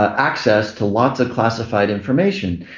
ah access to lots of classified information.